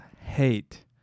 hate